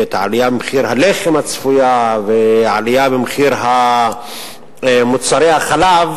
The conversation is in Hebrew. ואת העלייה הצפויה במחיר הלחם ואת העלייה במחיר מוצרי החלב,